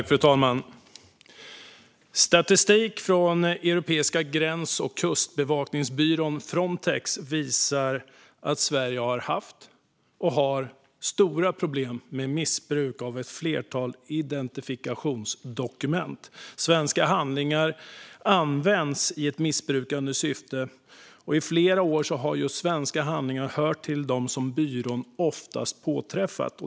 Fru talman! Statistik från Europeiska gräns och kustbevakningsbyrån, Frontex, visar att Sverige har haft och har stora problem med missbruk av ett flertal identifikationsdokument. Svenska handlingar används i ett missbrukande syfte, och i flera år har just svenska handlingar hört till dem som byrån oftast påträffat.